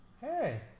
Hey